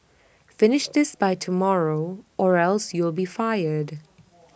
finish this by tomorrow or else you'll be fired